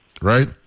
right